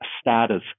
status